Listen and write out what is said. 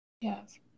Yes